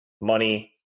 money